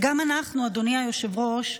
אדוני היושב-ראש,